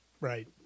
Right